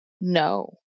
No